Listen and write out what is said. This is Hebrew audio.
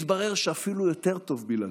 יתברר שאפילו יותר טוב בלעדיו.